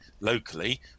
locally